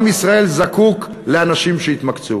עם ישראל זקוק לאנשים שיתמקצעו.